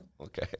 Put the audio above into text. okay